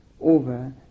over